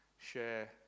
share